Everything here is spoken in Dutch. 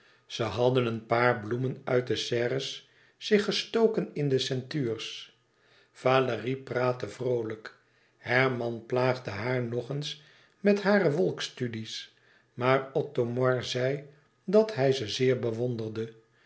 ze hadden een paar bloemen uit de serres zich gestoken in de ceintuurs valérie praatte vroolijk herman plaagde haar nog eens met hare wolkstudies maar othomar zei dat hij ze zeer bewonderde